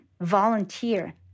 volunteer